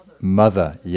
Mother